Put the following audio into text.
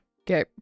okay